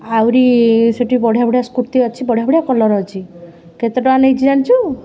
ଆହୁରି ସେଠି ବଢ଼ିଆ ବଢ଼ିଆ କୁର୍ତ୍ତୀ ଅଛି ବଢ଼ିଆ ବଢ଼ିଆ କଲର୍ ଅଛି କେତେ ଟଙ୍କା ନେଇଛି ଜାଣିଛୁ